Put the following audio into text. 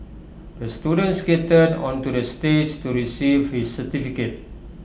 the student skated onto the stage to receive his certificate